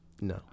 no